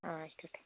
അ okay